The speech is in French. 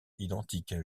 identique